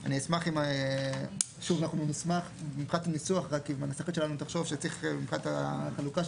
אני אשמח אם מבחינת הניסוח תחשוב שמבחינת החלוקה של